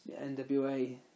NWA